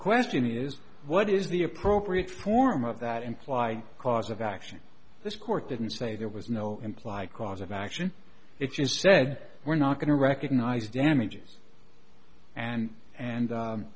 question is what is the appropriate form of that implied cause of action this court didn't say there was no implied cause of action it just said we're not going to recognize damages and and